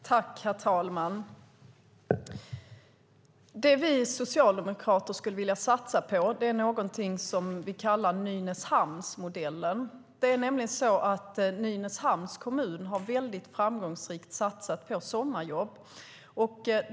Herr talman! Det vi socialdemokrater vill satsa på är något vi kallar Nynäshamnsmodellen. Nynäshamns kommun har framgångsrikt satsat på sommarjobb.